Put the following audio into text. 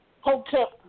Hotel